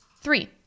Three